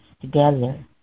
together